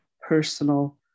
personal